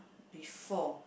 before